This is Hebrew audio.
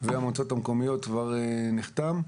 והמועצות המקומיות כבר נחתם.